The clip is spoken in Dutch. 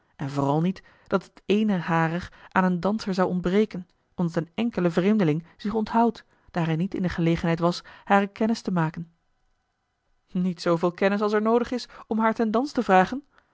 en vooral niet dat het eene harer aan een danser zou ontbreken omdat een enkele vreemdeling zich onthoudt daar hij niet in de gelegenheid was hare kennis te maken a l g bosboom-toussaint de delftsche wonderdokter eel iet zooveel kennis als er noodig is om haar ten dans te vragen